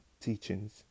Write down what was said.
teachings